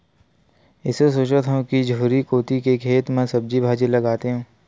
एसो सोचत हँव कि झोरी कोती के खेत म सब्जी भाजी लगातेंव